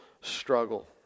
struggle